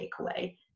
takeaway